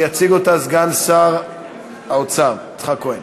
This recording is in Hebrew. יציג אותה סגן שר האוצר יצחק כהן.